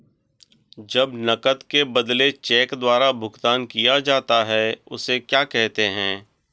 जब नकद के बदले चेक द्वारा भुगतान किया जाता हैं उसे क्या कहते है?